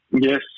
Yes